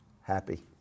happy